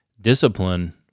discipline